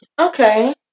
Okay